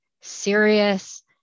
serious